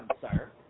sir